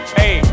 hey